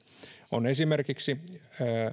on esimerkiksi